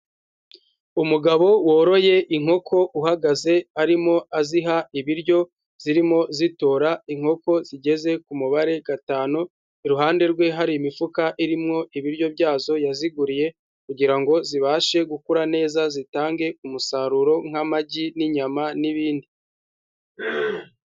Umugabo woroye inkoko uhagaze arimo aziha ibiryo zirimo zitora, inkoko zigeze ku mubare gatanu, iruhande rwe hari imifuka irimo ibiryo byazo yaziguriye kugira ngo zibashe gukura neza zitange umusaruro nk'amagi n'inyama n'ibindi.